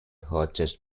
hodges